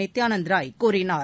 நித்தியானந்த் ராய் கூறினார்